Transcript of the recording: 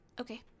Okay